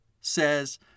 says